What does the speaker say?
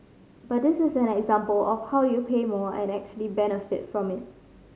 but this is an example of how you pay more and actually benefit from it